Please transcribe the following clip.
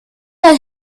let